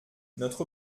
notre